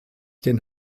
den